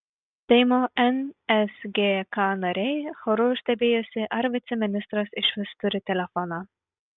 seimo nsgk nariai choru stebėjosi ar viceministras išvis turi telefoną